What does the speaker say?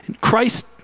Christ